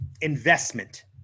investment